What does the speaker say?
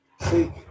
See